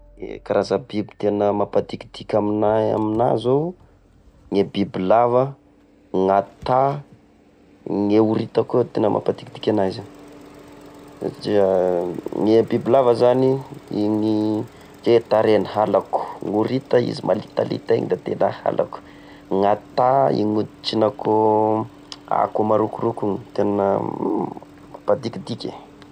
E karaza biby tena mapadikidiky amina zao: gne bibilava, gn'ata, gne horita koa tena mampadikidiky ana izy io dia gne bibilava zany, iny ndre tarehiny da tena halako horita izy malitalita igny da tena alako ;gn'ata iny hoditriny akô marokoroko igny tena hmmm mampadikidiky e.